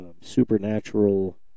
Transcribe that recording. supernatural